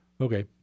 Okay